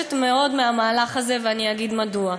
חוששת מאוד מהמהלך הזה, ואני אגיד מדוע.